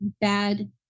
bad